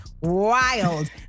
wild